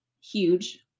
Huge